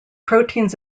proteins